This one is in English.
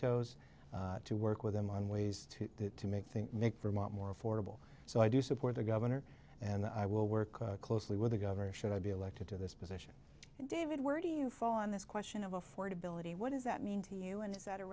vetoes to work with them on ways to make thing make vermont more affordable so i do support the governor and i will work closely with the governor should i be elected to this position david where do you fall on this question of affordability what does that mean to you and is that a